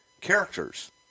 characters